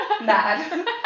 mad